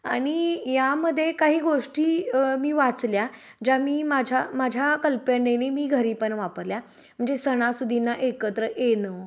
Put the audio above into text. आणि यामध्ये काही गोष्टी मी वाचल्या ज्या मी माझ्या माझ्या कल्पनेने मी घरी पण वापरल्या म्हणजे सणासुदीना एकत्र येणं